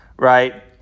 right